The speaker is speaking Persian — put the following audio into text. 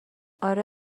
آره